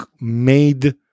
made